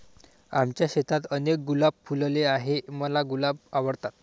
आमच्या शेतात अनेक गुलाब फुलले आहे, मला गुलाब आवडतात